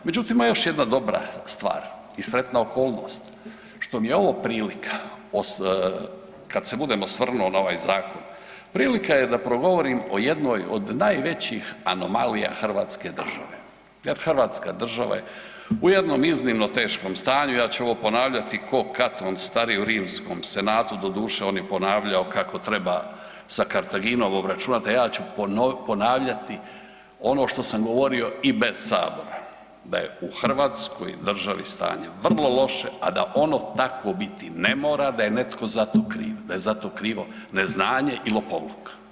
Međutim, ima još jedna dobra stvar i sretna okolnost što mi je ovo prilika, kad se budem osvrnuo na ovaj zakon, prilika je da progovorim o jednoj od najvećih anomalija hrvatske države jer hrvatska država je u jednom iznimno teškom stanju, ja ću ovo ponavljati Katon Stariji u rimskom senatu, doduše on je ponavljao kako treba sa Kartaginom obračunat, a ja ću ponavljati ono što sam govorio i bez sabora, da je u hrvatskoj državi stanje vrlo loše, a da ono takvo biti ne mora, da je netko za to kriv, da je za to krivo neznanje i lopovluk.